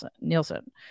Nielsen